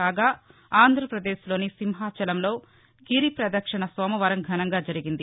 కాగా ఆంధ్రప్రదేశ్లోని సింహాచలంలో గిరి ప్రదక్షిణ సోమవారం ఘనంగా జరిగింది